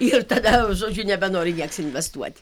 ir tada žodžiu nebenori investuot